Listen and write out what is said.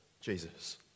Jesus